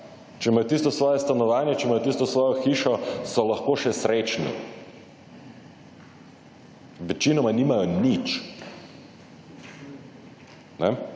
Če imajo tisto svoje stanovanje, če imajo tisto svojo hišo, so lahko še srečni. Večinoma nimajo nič. Nič